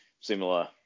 similar